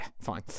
fine